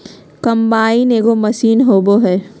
combine एगो machine होबा हइ